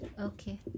Okay